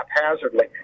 haphazardly